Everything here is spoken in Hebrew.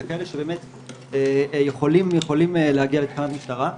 אלא כאלה שבאמת יכולים להגיע לתחנת משטרה,